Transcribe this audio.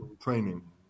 training